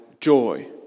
joy